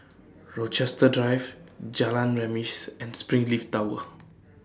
Rochester Drive Jalan Remis and Springleaf Tower